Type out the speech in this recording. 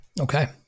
Okay